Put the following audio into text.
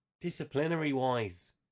Disciplinary-wise